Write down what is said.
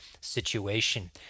situation